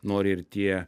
nori ir tie